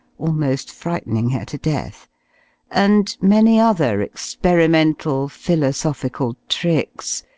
almost frightening her to death and many other experimental, philosophical tricks,